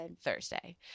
Thursday